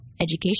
Education